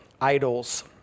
idols